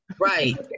Right